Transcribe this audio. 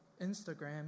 Instagram